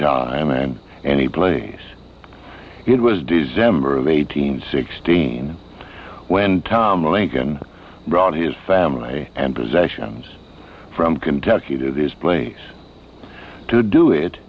time and any place it was d's ember of eighteen sixteen when tom lincoln brought his family and possessions from kentucky to this place to do it